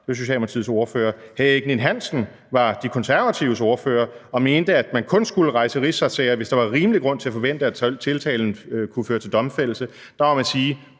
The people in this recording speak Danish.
det var Socialdemokratiets ordfører. Hr. Erik Ninn-Hansen var De Konservatives ordfører og mente, at man kun skulle rejse en rigsretssag, hvis der var rimelig grund til at forvente, at tiltalen kunne føre til domfældelse. Der må man sige,